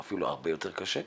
או אפילו הרבה יותר קשה,